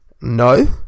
No